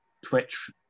Twitch